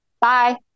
bye